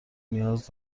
نیاز